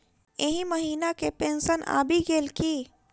एहि महीना केँ पेंशन आबि गेल की